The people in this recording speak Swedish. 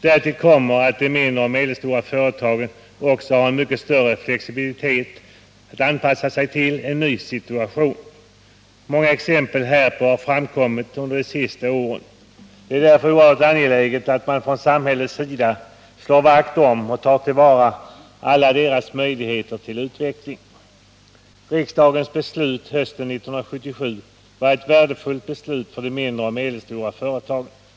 Därtill kommer att de mindre och medelstora företagen också har en mycket större flexibilitet och kan anpassa sig till en ny situation. Många exempel härpå har framkommit under de senaste åren. Det är därför oerhört angeläget att man från samhällets sida slår vakt om och tar till vara alla deras möjligheter till utveckling. Riksdagens beslut hösten 1977 var ett värdefullt beslut för de mindre och medelstora företagen.